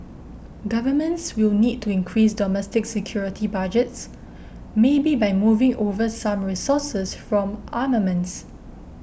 governments will need to increase domestic security budgets maybe by moving over some resources from armaments